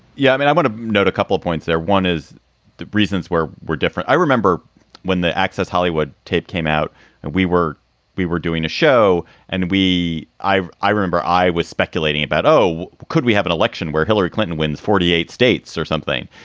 yeah, i mean, i want to note a couple of points there. one is the reasons where we're different. i remember when the access hollywood tape came out and we were we were doing a show and we i, i remember i was speculating about, oh, could we have an election where hillary clinton wins forty eight states or something?